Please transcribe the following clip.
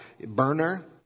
burner